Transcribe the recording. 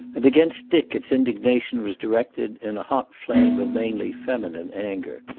and against dick its indignation was directed, in a hot flame of mainly feminine anger.